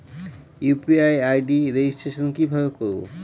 UPI ID registration কিভাবে করব?